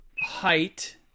height